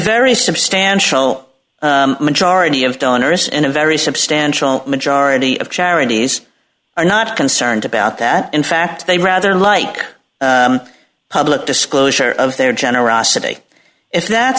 very substantial majority of donors and a very substantial majority of charities are not concerned about that in fact they rather like public disclosure of their generosity